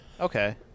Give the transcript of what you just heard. Okay